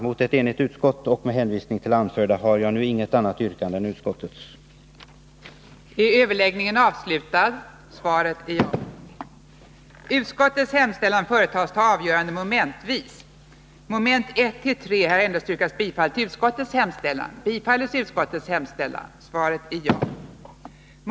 Mot ett enigt utskott och med hänvisning till det anförda har jag inget annat yrkande än bifall till utskottets hemställan.